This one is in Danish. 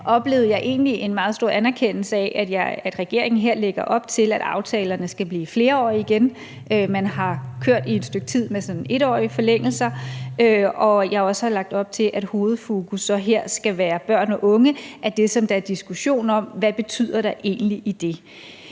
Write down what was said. oplevede jeg egentlig en meget stor anerkendelse af, at regeringen her lægger op til, at aftalerne skal blive flerårige igen – man har i et stykke tid kørt med 1-årige forlængelser – og at jeg også har lagt op til, at hovedfokus her skal være børn og unge, hvor det, der er diskussion om, er, hvad det betyder i forhold til det.